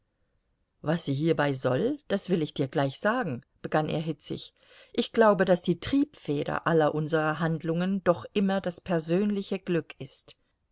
was sie hierbei soll das will ich dir gleich sagen begann er hitzig ich glaube daß die triebfeder aller unserer handlungen doch immer das persönliche glück ist